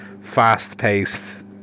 fast-paced